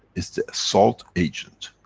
it's the salt agent,